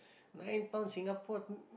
nine pounds Singapore